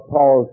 Paul